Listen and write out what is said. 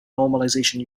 normalization